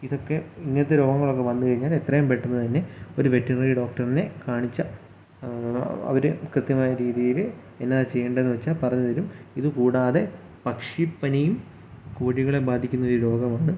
ഇതൊക്കെ ഇങ്ങനത്തെ രോഗങ്ങളൊക്കെ വന്നു കഴിഞ്ഞാൽ എത്രയും പെട്ടെന്ന് തന്നെ ഒരു വെറ്റിനറി ഡോക്ടറിനെ കാണിച്ച അവർ കൃത്യമായ രീതിയിൽ എന്നാൽ ചെയ്യണ്ടെന്ന് വച്ചാൽ പറഞ്ഞു തരും ഇതു കൂടാതെ പക്ഷിപ്പനിയും കോഴികളെ ബാധിക്കുന്ന ഒരു രോഗമാണ്